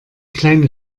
kleine